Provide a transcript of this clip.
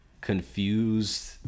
confused